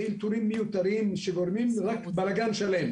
זה אלתורים מיותרים שגורמים לבלגאן שלם.